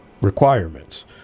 requirements